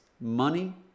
money